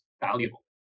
valuable